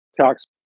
Tax